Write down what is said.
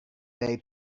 they